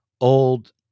old